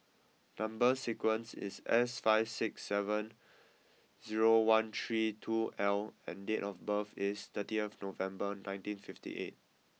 number sequence is S five six seven zero one three two L and date of birth is thirtieth November nineteen fifty eight